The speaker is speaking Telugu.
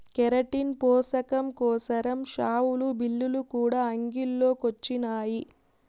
కెరటిన్ పోసకం కోసరం షావులు, బిల్లులు కూడా అంగిల్లో కొచ్చినాయి